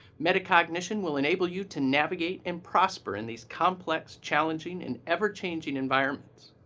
metacognition will enable you to navigate and prosper in these complex, challenging, and ever-changing environments.